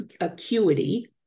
acuity